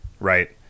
Right